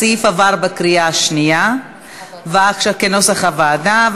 הסעיף עבר בקריאה השנייה, כנוסח הוועדה.